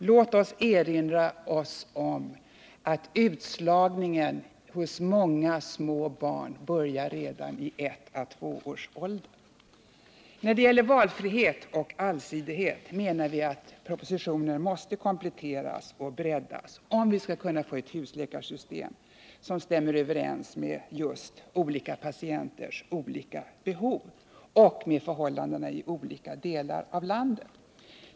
Låt oss erinra oss att utslagningen hos många små barn börjar redan i ett-två-årsåldern. När det gäller valfriheten och allsidigheten menar vi att propositionen måste kompletteras och breddas om vi skall kunna få ett husläkarsystem som stämmer överens med olika patienters olika behov och med förhållandena i olika delar av landet.